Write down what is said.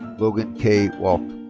logan cay walck.